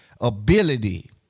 ability